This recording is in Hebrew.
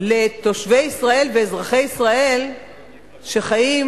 לתושבי ישראל ואזרחי ישראל שחיים